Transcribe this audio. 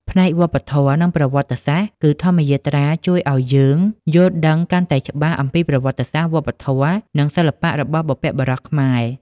ផ្នែកវប្បធម៌ និងប្រវត្តិសាស្ត្រ គឺ ធម្មយាត្រាជួយឲ្យយើងយល់ដឹងកាន់តែច្បាស់អំពីប្រវត្តិសាស្ត្រ វប្បធម៌ និងសិល្បៈរបស់បុព្វបុរសខ្មែរ។